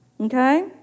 Okay